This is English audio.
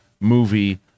movie